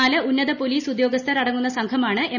നാല് ഉന്നത പ്പൊലീസ് ഉദ്യോഗസ്ഥർ അടങ്ങുന്ന സംഘമാണ് എം